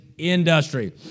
Industry